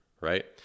right